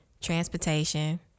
transportation